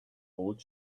old